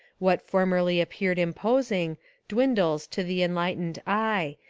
what formerly appeared imposing dwindles to the enlightened eye,